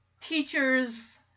teachers